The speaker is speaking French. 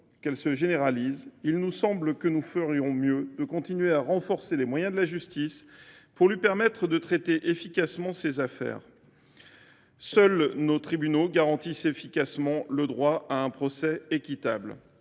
qu’elles se généralisent. Nous ferions mieux de continuer à renforcer les moyens de la justice, pour lui permettre de traiter efficacement ces affaires : seuls nos tribunaux garantissent efficacement le droit à un procès équitable.